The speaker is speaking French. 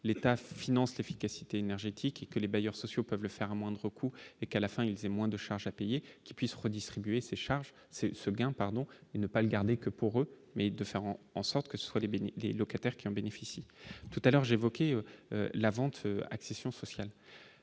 l'État finance l'efficacité énergétique et que les bailleurs sociaux peuvent le faire à moindre coût et qu'à la fin il et moins de charges à payer, qui puissent redistribuer ces charges c'est Seguin pardon et ne pas le garder que pour eux, mais de faire en en sorte que ce soit les béni des locataires qui en bénéficient tout à l'heure j'ai évoqué la vente accession sociale,